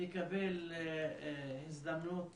תקבל הזדמנות